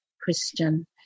Christian